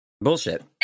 Bullshit